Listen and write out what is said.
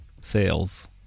sales